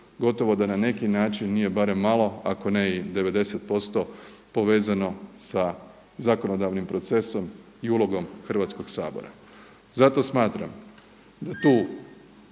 gotovo da na neki način nije barem malo ako ne i 90% povezano sa zakonodavnim procesom i ulogom Hrvatskog sabora. Zato smatram, da tu